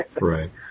Right